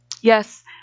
Yes